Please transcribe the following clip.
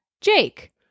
Jake